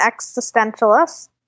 existentialist